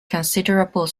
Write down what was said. considerable